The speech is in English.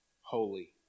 Holy